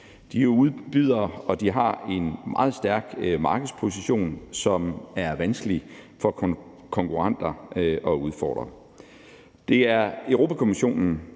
De er udbydere, og de har en meget stærk markedsposition, som er vanskelig for konkurrenter at udfordre. Det er Europa-Kommissionen,